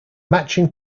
matching